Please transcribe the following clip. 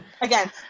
again